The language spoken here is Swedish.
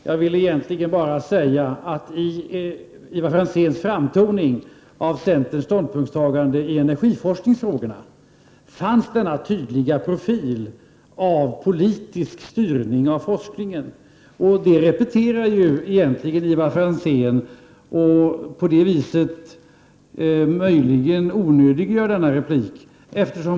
Fru talman! Det skall inte bli en energidebatt här. I Ivar Franzéns framtoning av centerns ståndpunkt i energiforskningsfrågorna fanns denna tydliga profil av politisk styrning av forskningen. Det repeterar egentligen Ivar Franzén och gör möjligen därmed denna replik onödig.